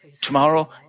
tomorrow